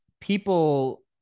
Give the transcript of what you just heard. people